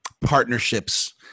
partnerships